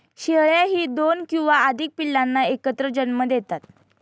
शेळ्याही दोन किंवा अधिक पिल्लांना एकत्र जन्म देतात